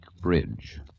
Bridge